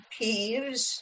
peeves